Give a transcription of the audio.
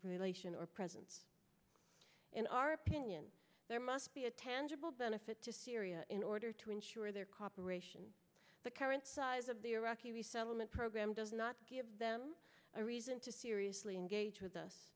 relation or presence in our opinion there must be a tangible benefit to syria in order to ensure their cooperation the current size of the iraqi resettlement program does not give them a reason to seriously engage with us